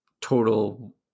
total